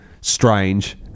strange